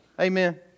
Amen